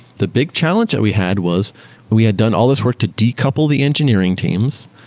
the big challenge that we had was we had done all this work to decouple the engineering teams,